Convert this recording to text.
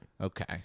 Okay